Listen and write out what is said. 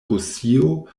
rusio